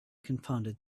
confounded